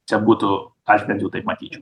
čia būtų aš bent jau taip matyčiau